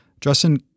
Justin